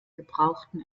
gebrauchten